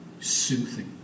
soothing